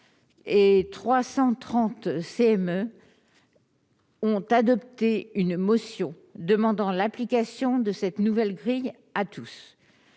(CME) ont adopté une motion demandant l'application de cette nouvelle grille à tous.